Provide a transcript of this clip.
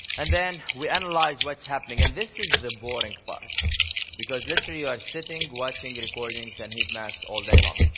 and then we analyse and like what's happening. and this is the boring part because literally you are sitting, watching recordings and heat maps all day long.